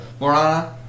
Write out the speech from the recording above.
Morana